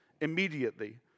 immediately